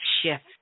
shift